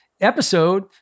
episode